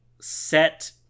set